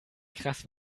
krass